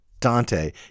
Dante